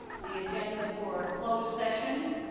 the agenda for closed session,